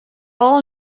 all